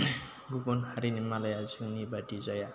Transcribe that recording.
गुबुन हारिनि मालाया जोंनि बादि जाया